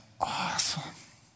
Awesome